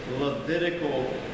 Levitical